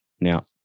Now